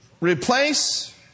replace